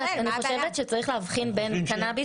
אני חושבת שצריך להבחין בין קנאביס